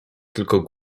tylko